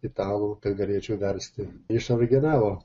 italų kad galėčiau versti iš originalo